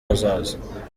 hazaza